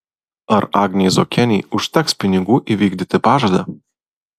ar agnei zuokienei užteks pinigų įvykdyti pažadą